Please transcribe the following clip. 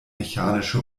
mechanische